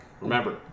remember